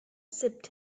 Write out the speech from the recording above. sipped